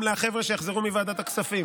וגם לחבר'ה שיחזרו מוועדת הכספים.